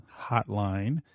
Hotline